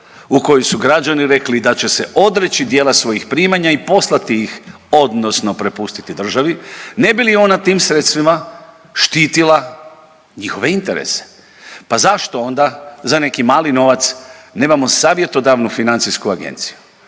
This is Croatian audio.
u kojoj su građani rekli da će se odreći dijela svojih primanja i poslati ih odnosno prepustiti državi ne bi li ona tim sredstvima štitila njihove interese. Pa zašto onda za neki mali novac nemamo savjetodavnu financijsku agenciju